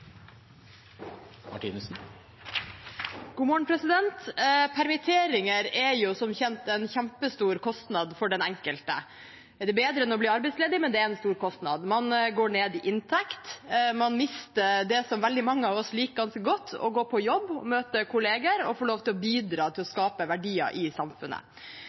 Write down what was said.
som kjent en kjempestor kostnad for den enkelte. Det er bedre enn å bli arbeidsledig, men det er en stor kostnad. Man går ned i inntekt, og man mister det som veldig mange av oss liker ganske godt; å gå på jobb, møte kollegaer og få lov til å bidra til å skape verdier i samfunnet.